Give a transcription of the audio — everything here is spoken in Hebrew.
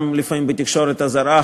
לפעמים גם בתקשורת הזרה,